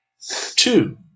Two